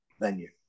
venue